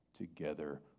together